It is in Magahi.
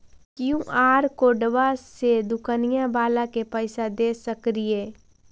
कियु.आर कोडबा से दुकनिया बाला के पैसा दे सक्रिय?